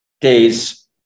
days